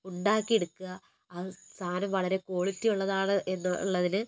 ഉണ്ടാക്കിയെടുക്കുക ആ സാധനം വളരെ ക്വാളിറ്റി ഉള്ളതാണ് എന്ന് ഉള്ളതിൽ